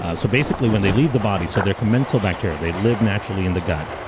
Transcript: ah so basically, when they leave the body, so they're commensal bacteria they live naturally in the gut.